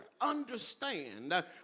understand